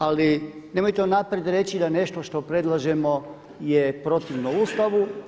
Ali nemojte unaprijed reći da nešto što predlažemo je protivno Ustavu.